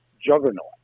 Juggernaut